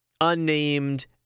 unnamed